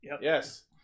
Yes